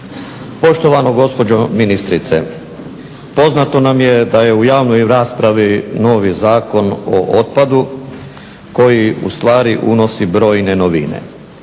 Poštovana gospođo ministrice, poznato nam je da je u javnoj raspravi novi Zakon o otpadu koji u stvari unosi brojne novine.